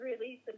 release